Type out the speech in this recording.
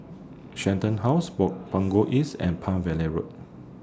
Shenton House Ball Punggol East and Palm Valley Road